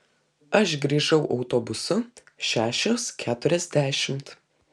aš grįžau autobusu šešios keturiasdešimt